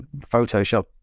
photoshop